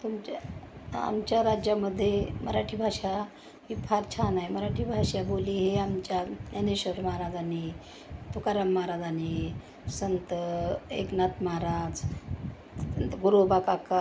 तुमच्या आमच्या राज्यामध्ये मराठी भाषा ही फार छान आहे मराठी भाषा बोली ही आमच्या ज्ञानेश्वर महाराजांनी तुकाराम महाराजांनी संत एकनाथ महाराज संत गोरोबा काका